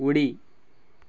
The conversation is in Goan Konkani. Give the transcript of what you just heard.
उडी